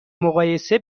مقایسه